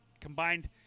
combined